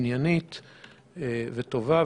עניינית וטובה.